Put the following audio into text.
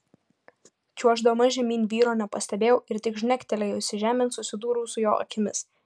čiuoždama žemyn vyro nepastebėjau ir tik žnektelėjusi žemėn susidūriau su jo akimis